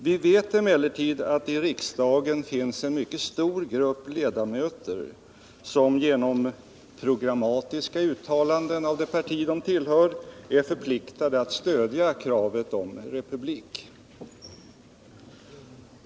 Vi vet emellertid att det i riksdagen finns en mycket stor grupp ledamöter som genom programmatiska uttalanden av det parti de tillhör är förpliktade att stödja kravet på republik.